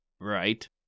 Right